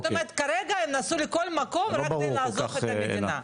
זאת אומרת שכרגע הם נסעו לכל מקום העיקר בשביל לעזוב את המדינה.